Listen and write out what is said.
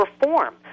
reform